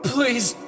Please